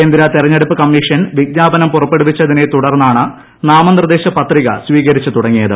കേന്ദ്ര തെരഞ്ഞെടുപ്പ് കമ്മീഷൻ വിജ്ഞാപനം പുറപ്പെടുവിച്ചതിനെ തുടർന്നാണ് നാമനിർദ്ദേശ പത്രിക സ്വീകരിച്ച് തുടങ്ങിയത്